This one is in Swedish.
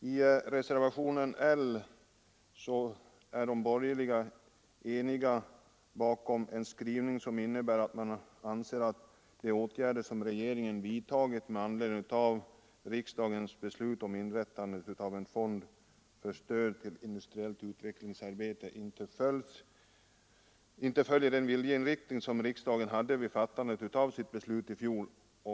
I reservationen L är de borgerliga eniga om en skrivning som innebär att man anser att de åtgärder som regeringen vidtagit med anledning av riksdagens beslut om inrättande av en fond för stöd till industriellt utvecklingsarbete inte följer den viljeinriktning som riksdagen hade vid fattandet av sitt beslut i fjol.